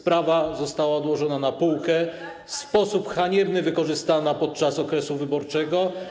Sprawa została odłożona na półkę i w sposób haniebny wykorzystana podczas okresu wyborczego.